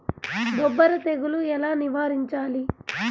బొబ్బర తెగులు ఎలా నివారించాలి?